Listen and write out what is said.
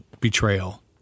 betrayal